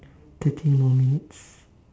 thirteen more minutes